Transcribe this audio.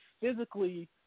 physically –